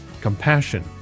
compassion